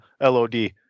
LOD